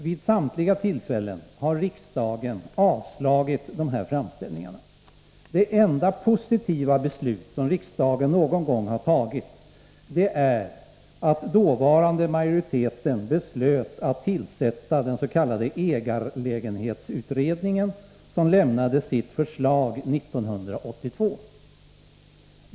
Vid samtliga tillfällen har riksdagen avslagit dessa framställningar. Det enda positiva beslut som riksdagen någon gång har fattat i denna fråga är att den dåvarande majoriteten beslöt att tillsätta dens.k. ägarlägenhetsutredningen, som lämnade sitt förslag 1982.